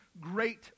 great